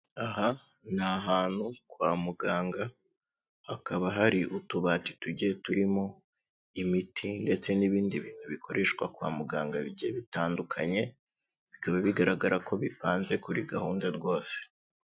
Aha ni ahantu kwa muganga, hakaba hari utubati tugiye turimo imiti ndetse n'ibindi bintu bikoreshwa kwa muganga bigiye bitandukanye, bikaba bigaragara ko bipanze kuri gahunda rwose.